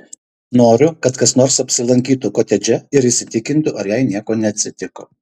noriu kad kas nors apsilankytų kotedže ir įsitikintų ar jai nieko neatsitiko